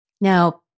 Now